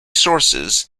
sources